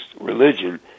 religion